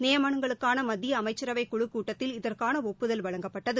நியமனங்களுக்கான மத்திய அமைச்சரவைக்குழுக் கூட்டத்தில் இதற்கான ஒப்புதல் வழங்கப்பட்டது